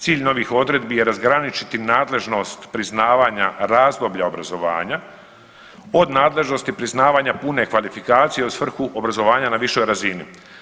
Cilj novih odredbi je razgraničiti nadležnost priznavanja razdoblja obrazovanja od nadležnosti priznavanja pune kvalifikacije u svrhu obrazovanja na višoj razina.